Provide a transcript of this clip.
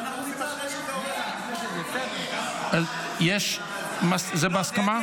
אז אנחנו --- זה בהסכמה?